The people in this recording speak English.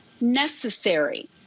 necessary